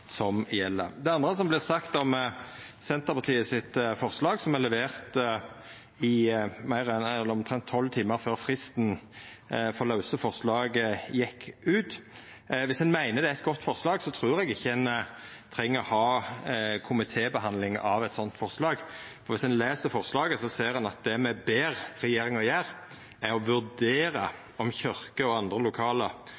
som gjeld. Det andre som vart sagt, gjaldt Senterpartiets forslag, som me leverte omtrent tolv timar før fristen for lause forslag gjekk ut. Viss ein meiner det er eit godt forslag, trur eg ikkje ein treng å ha komitébehandling av eit slikt forslag. Og viss ein les forslaget, ser ein at det me ber regjeringa gjera, er å